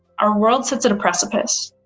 our world sits at a precipice.